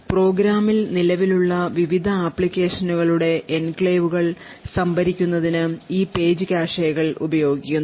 പ്രോഗ്രാമിൽ നിലവിലുള്ള വിവിധ ആപ്ലിക്കേഷനുകളുടെ എൻക്ലേവുകൾ സംഭരിക്കുന്നതിന് ഈ പേജ് കാഷെകൾ ഉപയോഗിക്കുന്നു